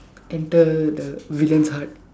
enter the villian's heart